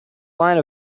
line